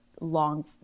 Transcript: long